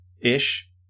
ish